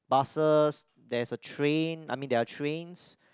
buses there's a train I mean there are trains